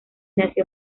nació